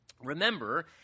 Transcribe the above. remember